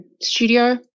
studio